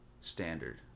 standard